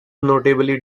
notably